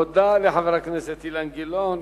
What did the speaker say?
תודה לחבר הכנסת אילן גילאון.